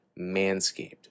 manscaped